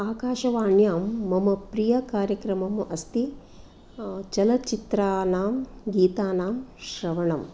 आकाशवाण्यां मम प्रियकार्यक्रमम् अस्ति चलच्चित्रानां गीतानां श्रवणं